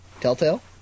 Telltale